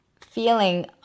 feeling